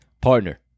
Partner